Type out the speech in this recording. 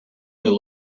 their